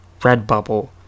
Redbubble